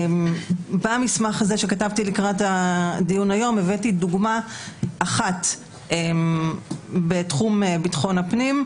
במסמך הזה שכתבתי לקראת הדיון היום הבאתי דוגמה אחת בתחום ביטחון הפנים,